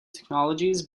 technologies